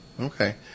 Okay